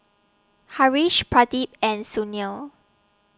Haresh Pradip and Sunil